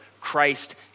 Christ